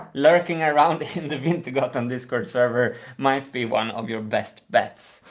lurking around in the wintergatan discord server might be one of your best bets.